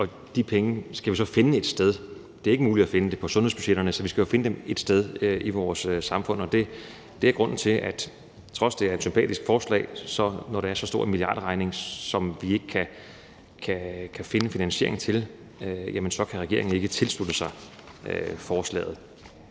og de penge skal vi så finde et sted. Det er ikke muligt at finde dem på sundhedsbudgetterne, så vi skal finde dem et sted i vores samfund, og når det er så stor en milliardregning, som vi ikke kan finde finansiering til, kan regeringen ikke, selv om det